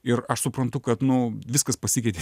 ir aš suprantu kad nu viskas pasikeitė